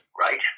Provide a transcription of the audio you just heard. right